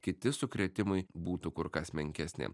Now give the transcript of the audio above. kiti sukrėtimai būtų kur kas menkesni